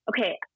okay